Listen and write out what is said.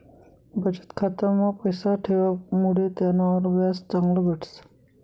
बचत खाता मा पैसा ठेवामुडे त्यानावर व्याज चांगलं भेटस